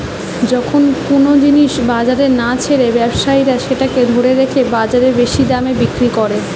যখন কুনো জিনিস বাজারে না ছেড়ে ব্যবসায়ীরা সেটাকে ধরে রেখে বাজারে বেশি দামে বিক্রি কোরে